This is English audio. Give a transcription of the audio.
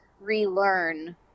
relearn